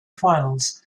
finals